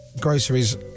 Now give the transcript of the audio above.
groceries